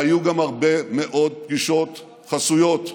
והיו גם הרבה מאוד פגישות חסויות,